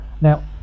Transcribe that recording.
Now